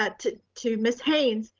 but to to ms. haynes,